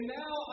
now